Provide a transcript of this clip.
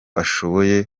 ashoboye